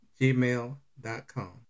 gmail.com